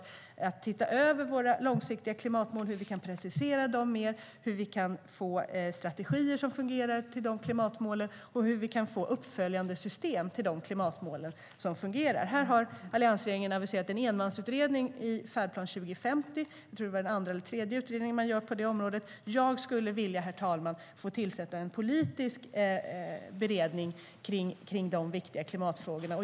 Vi behöver se över våra långsiktiga klimatmål för att se hur vi kan precisera dem mer, hur vi kan få strategier och uppföljningssystem som fungerar för klimatmålen. Alliansregeringen aviserade en enmansutredning i Färdplan 2050; det var den andra eller tredje utredningen på det området. Jag skulle, herr talman, vilja tillsätta en politisk beredning om de viktiga klimatfrågorna.